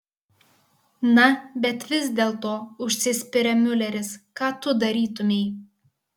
na bet vis dėlto užsispiria miuleris ką tu darytumei